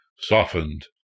softened